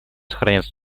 сохраняться